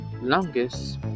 longest